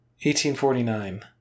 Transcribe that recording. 1849